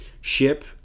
ship